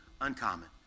uncommon